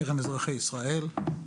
קרן אזרחי ישראל,